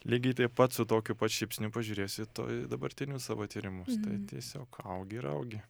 lygiai taip pat su tokiu pat šypsniu pažiūrėsiu į to į dabartinius savo tyrimus tai tiesiog augi ir augi